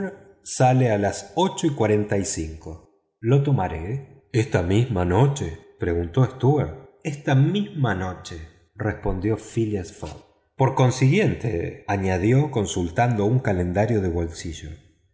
sale a las ocho y cuarenta y cinco lo tomaré esta misma noche preguntó stuart esta misma noche respondió phileas fogg por consiguiente añadió consultando un calendario del bolsillo